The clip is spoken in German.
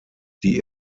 die